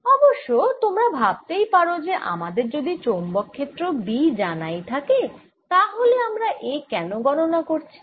অবশ্য তোমরা ভাবতেই পারো যে আমাদের যদি চৌম্বক ক্ষেত্র B জানাই থাকে তা হলে আমরা A কেন গণনা করছি